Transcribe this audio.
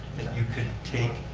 you could take,